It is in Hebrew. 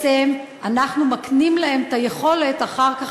שאנחנו מקנים להם את היכולת אחר כך